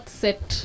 set